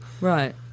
Right